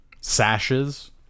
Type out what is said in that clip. Sashes